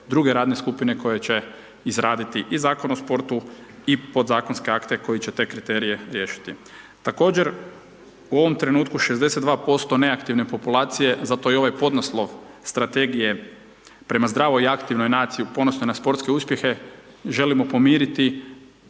druge radne skupine koje će izraditi i Zakon o sportu i podzakonske akte koji će te kriterije riješiti. Također, u ovom trenutku 62% neaktivne populacije, zato je i ovaj podnaslov, strategije, prema zdravoj i aktivnoj naciji ponosni na sportske uspjehe, želimo pomiriti